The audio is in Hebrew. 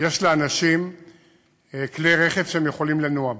יש לאנשים כלי רכב שהם יכולים לנוע בהם.